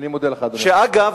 שאגב,